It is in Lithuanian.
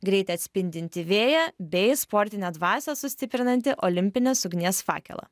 greitį atspindinti vėją bei sportinę dvasią sustiprinantį olimpinės ugnies fakelą